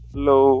Hello